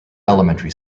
elementary